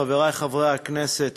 חברי חברי הכנסת,